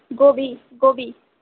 گوبھی گوبھی